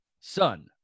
son